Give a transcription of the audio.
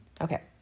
okay